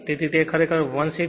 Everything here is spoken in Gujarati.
તેથી તે ખરેખર 16